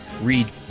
Read